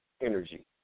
Energy